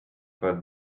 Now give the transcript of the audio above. for